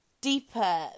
deeper